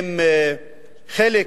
הם חלק